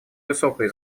высокой